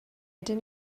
ydyn